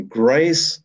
grace